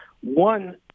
One